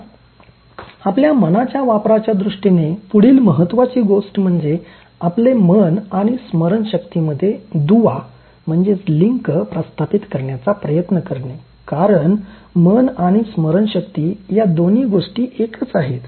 आता आपल्या मनाच्या वापराच्या दृष्टीने पुढील महत्वाची गोष्ट म्हणजे आपले मन आणि स्मरणशक्तीमध्ये दुवा प्रस्थापित करण्याचा प्रयत्न करणे कारण मन आणि स्मरणशक्ती या दोन्ही गोष्टी एकच आहेत